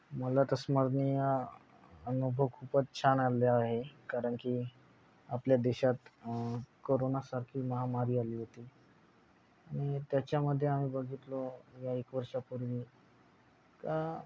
मला तर स्मरणीय अनुभव खूपच छान आले आहे कारण की आपल्या देशात कोरोनासारखी महामारी आली होती आणि त्याच्यामध्ये आम्ही बघितलं या एक वर्षापूर्वी का